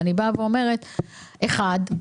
אחד,